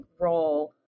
role